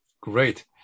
Great